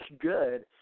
good